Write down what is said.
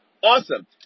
Awesome